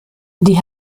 die